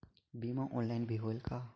बीमा ऑनलाइन भी होयल का?